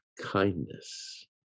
kindness